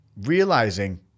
realizing